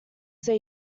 they